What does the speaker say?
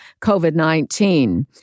COVID-19